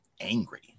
angry